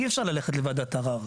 אי אפשר ללכת לוועדת ערער.